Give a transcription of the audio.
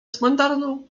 cmentarną